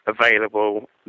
available